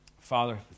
Father